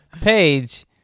Page